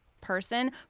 person